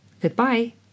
Goodbye